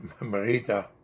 Marita